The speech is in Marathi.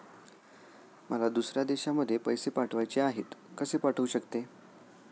मला दुसऱ्या देशामध्ये पैसे पाठवायचे आहेत कसे पाठवू शकते?